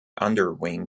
underwing